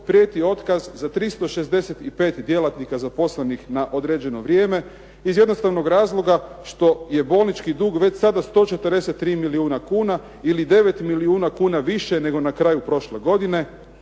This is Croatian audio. prijeti otkaz za 365 djelatnika zaposlenih na određeno vrijeme. Iz jednostavnog razloga što je bolnički dug već sada 143 milijuna kuna ili 9 milijuna kuna više nego na kraju prošle godine.